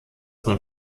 man